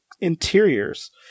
interiors